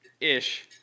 Ish